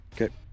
okay